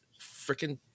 freaking